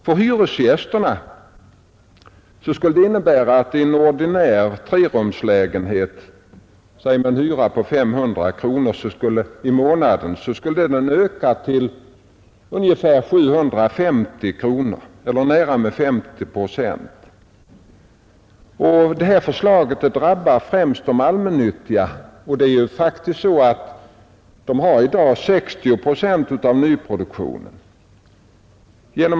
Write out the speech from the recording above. För hyresgästerna skulle det innebära att en ordinär trerumslägenhet med en hyra på säg 500 kronor i månaden skulle öka till ungefär 750 kronor eller med nära 50 procent. Detta förslag drabbar främst de allmännyttiga företagen. Det är faktiskt så att dessa i dag har 60 procent av nyproduktionen.